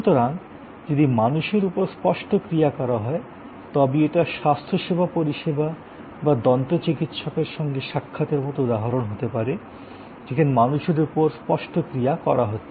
সুতরাং যদি মানুষের উপর স্পষ্ট ক্রিয়া করা হয় তবে এটি স্বাস্থ্যসেবা পরিষেবা বা দন্তচিকিৎসকের সঙ্গে সাক্ষাতের মতো উদাহরণ হতে পারে যেখানে মানুষের উপর স্পষ্ট ক্রিয়া করা হচ্ছে